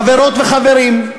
חברות וחברים,